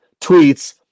tweets